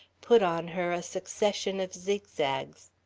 put on her a succession of zigzags.